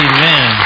Amen